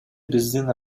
биздин